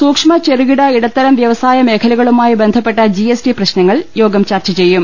സൂക്ഷ്മ ചെറുകിട ഇടത്തരം വ്യവസായ മേഖലക ളുമായി ബന്ധപ്പെട്ട ജിഎസ്ടി പ്രശ്നങ്ങൾ യോഗം ചർച്ച ചെയ്യും